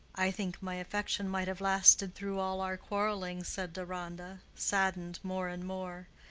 i think my affection might have lasted through all our quarreling, said deronda, saddened more and more,